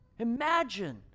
Imagine